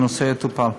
והנושא יטופל.